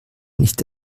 nicht